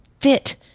fit